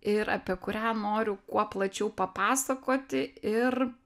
ir apie kurią noriu kuo plačiau papasakoti ir